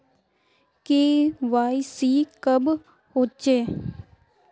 KYC कब होचे?